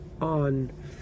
on